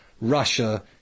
Russia